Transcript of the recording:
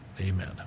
Amen